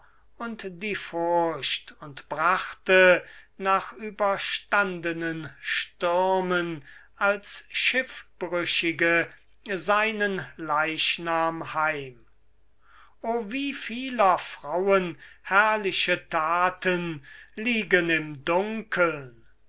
und die furcht und brachte nach überstandenen stürmen als schiffbrüchige seinen leichnam heim o wie vieler frauen herrliche thaten liegen im dunkeln